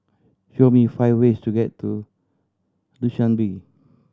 show me five ways to get to Dushanbe